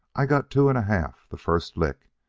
i got two and a half the first lick.